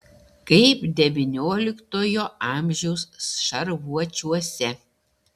kaip devynioliktojo amžiaus šarvuočiuose